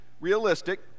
realistic